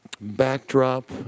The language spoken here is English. backdrop